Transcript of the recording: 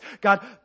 God